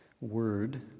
word